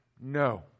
no